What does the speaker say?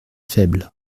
faible